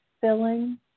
filling